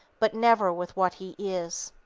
but never with what he is.